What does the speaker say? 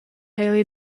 haley